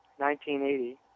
1980